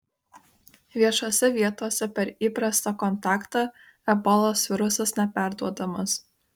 viešose vietose per įprastą kontaktą ebolos virusas neperduodamas